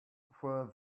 for